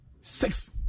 six